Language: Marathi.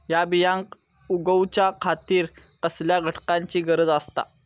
हया बियांक उगौच्या खातिर कसल्या घटकांची गरज आसता?